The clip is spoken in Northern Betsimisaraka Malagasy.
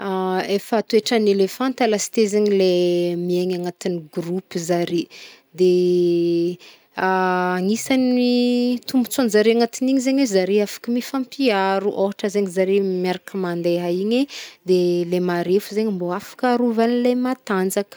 Efa toetran'ny elefanta lasy ty zegny le miegny anatin'ny gropy zare. Anisagn'ny tombotsoanjare angatin'iny zegny, zare afk mifampiaro. Ôhatra zegny zare miark mandeha igny de le marefo zegny mbô afk arovan le matanjaka.